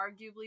arguably